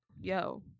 Yo